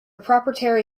proprietary